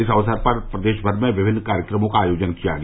इस अवसर पर प्रदेश भर में विभिन्न कार्यक्रमों का आयोजन किया गया